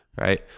Right